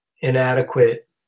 inadequate